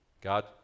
God